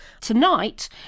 Tonight